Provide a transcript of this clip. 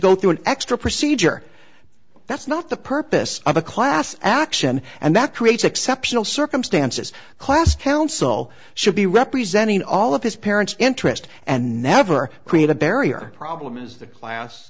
go through an extra procedure that's not the purpose of a class action and that creates exceptional circumstances class counsel should be representing all of his parents interest and never create a barrier problem is that class